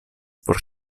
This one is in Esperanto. por